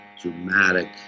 dramatic